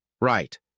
Right